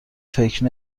فکر